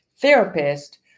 therapist